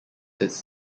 its